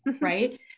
right